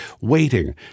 waiting